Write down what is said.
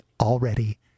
already